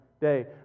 day